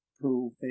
prove